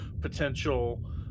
potential